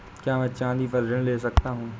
क्या मैं चाँदी पर ऋण ले सकता हूँ?